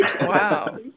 wow